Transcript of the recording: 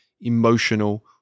emotional